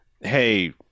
Hey